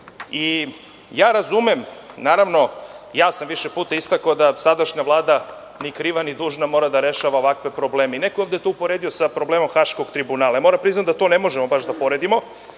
državi. Razumem, naravno, ja sam više puta istakao da sadašnja Vlada ni kriva ni dužna mora da rešava ovakve probleme. Neko je to ovde uporedio sa problemom Haškog tribunala. Moram da priznam da to ne možemo baš da poredimo,